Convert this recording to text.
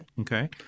Okay